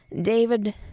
David